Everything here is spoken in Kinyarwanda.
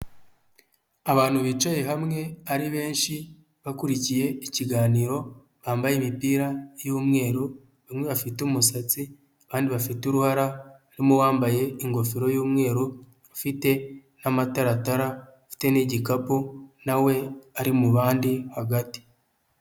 Abantu bicaye hamwe ari benshi bakurikiye ikiganiro bambaye imipira y'umweru bamwe bafite umusatsi abandi bafite uruhara, harimo uwambaye ingofero y'umweru ufite amataratara ufite n'igikapu na we ari mu bandi hagati.